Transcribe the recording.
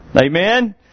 Amen